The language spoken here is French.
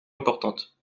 importante